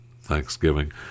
Thanksgiving